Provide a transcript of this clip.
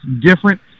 different